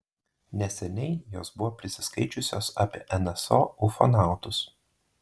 neseniai jos buvo prisiskaičiusios apie nso ufonautus